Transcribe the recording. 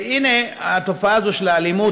והינה, התופעה הזו של האלימות.